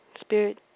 spirit